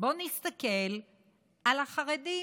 בוא נסתכל על החרדים.